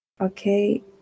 okay